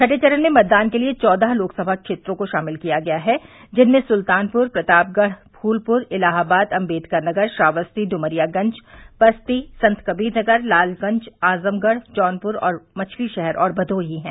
छठे चरण में मतदान के लिये चौदह लोकसभा क्षेत्रों को शामिल किया गया है जिनमें सुल्तानपुर प्रतापगढ़ फूलपुर इलाहाबाद अम्बेडकरनगर श्रावस्ती ड्मरियागंज बस्ती संतकबीर नगर लालगंज आजमगढ़ जौनपुर मछलीशहर और भदोही हैं